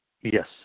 Yes